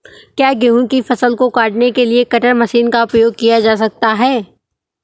क्या गेहूँ की फसल को काटने के लिए कटर मशीन का उपयोग किया जा सकता है?